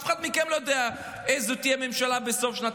אף אחד מכם לא יודע איזו ממשלה תהיה בסוף שנת